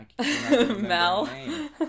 mel